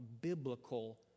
biblical